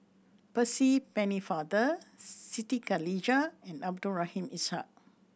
Percy Pennefather Siti Khalijah and Abdul Rahim Ishak